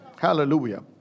Hallelujah